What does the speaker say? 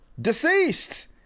deceased